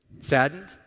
saddened